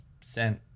sent